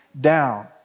down